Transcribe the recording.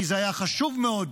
כי זה היה חשוב מאוד,